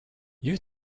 you